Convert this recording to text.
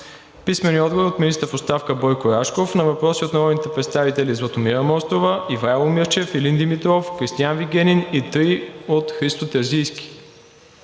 Траянска; - министъра в оставка Бойко Рашков на въпроси от народните представители Златомира Мострова, Ивайло Мирчев, Илин Димитров, Кристиан Вигенин и три от Христо Терзийски.